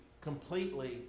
completely